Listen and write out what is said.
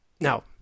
now